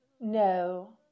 No